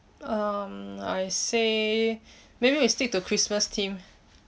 um I say maybe we'll stick to christmas theme